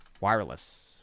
Wireless